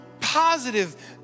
positive